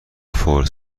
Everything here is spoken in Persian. فور